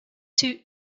two